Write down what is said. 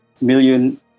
million